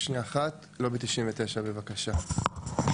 לובי 99, בבקשה.